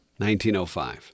1905